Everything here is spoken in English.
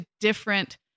different